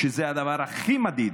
שזה הדבר הכי מדאיג,